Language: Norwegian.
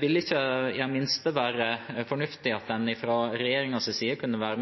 Ville det ikke i det minste være fornuftig at en fra regjeringens side kunne